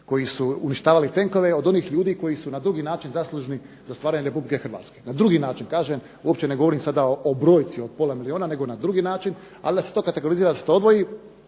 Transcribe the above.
koji su uništavali tenkove od onih ljudi koji su na drugi način zaslužni za stvaranje Republike Hrvatske. Na drugi način kažem, uopće ne govorim sada o brojci od pola milijuna nego na drugi način. Ali da se to kategorizira, da se to odvoji